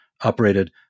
operated